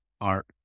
art